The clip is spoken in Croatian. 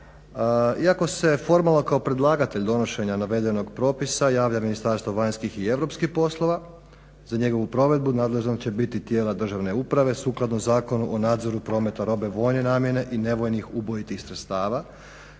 Iako se formalno kao predlagatelj donošenja navedenog propisa javlja Ministarstvo vanjskih i europskih poslova za njegovu provedbu nadležna će biti tijela državne uprave sukladno Zakonu o nadzoru prometa robe vojne namjene i nevojnih ubojitih sredstava